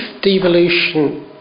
devolution